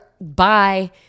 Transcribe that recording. Bye